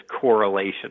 correlation